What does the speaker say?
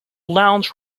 lounge